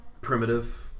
Primitive